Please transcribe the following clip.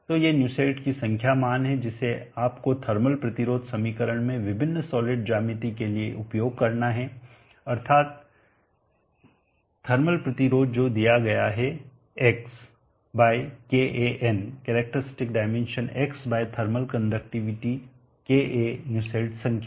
तो ये नुसेल्ट की संख्या मान है जिसे आपको थर्मल प्रतिरोध समीकरण में विभिन्न सॉलिड ज्यामिति के लिए उपयोग करना है अर्थात थर्मल प्रतिरोध जो कि दिया गया है X KaN characteristic dimension X by thermal conductivity K a Nusselt संख्या